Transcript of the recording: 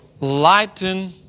lighten